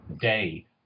day